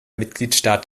mitgliedstaat